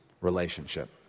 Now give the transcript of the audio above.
relationship